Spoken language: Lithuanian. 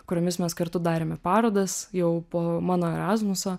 kuriomis mes kartu darėme parodas jau po mano erasmuso